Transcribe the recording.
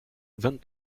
vingt